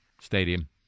Stadium